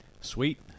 Sweet